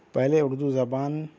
پہلے اردو زبان